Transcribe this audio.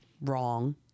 wrong